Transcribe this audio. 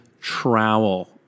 trowel